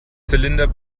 zylinder